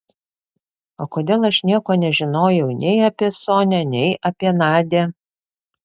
o kodėl aš nieko nežinojau nei apie sonią nei apie nadią